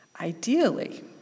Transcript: Ideally